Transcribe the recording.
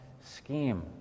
scheme